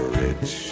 rich